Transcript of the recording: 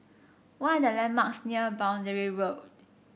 what are the landmarks near Boundary Road